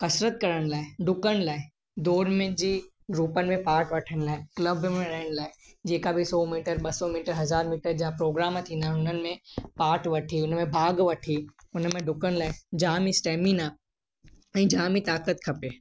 कसरतु करण लाइ ॾुकण लाइ दौर में जी रूपनि में पार्ट वठण लाइ क्लब में रहण लाइ जेका बि सौ मीटर ॿ सौ मीटर हज़ार मीटर जा प्रोग्राम थींदा आहिनि उन्हनि में पार्ट वठी उनमें भाग वठी उनमें ॾुकण लाइ जाम स्टैमिना ऐं जाम ई ताकतु खपे